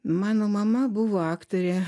mano mama buvo aktorė